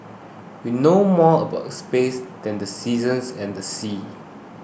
we know more about space than the seasons and the sea